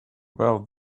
well